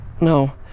No